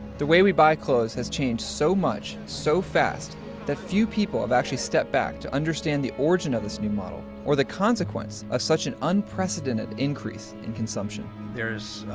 the way we buy clothes has changed so much, so fast that few people have actually stepped back to understand the origin of this new model or the consequence of such an unprecedented increase in consumption. there's,